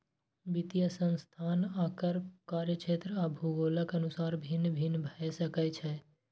वित्तीय संस्थान आकार, कार्यक्षेत्र आ भूगोलक अनुसार भिन्न भिन्न भए सकै छै